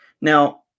Now